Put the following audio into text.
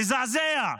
מזעזע.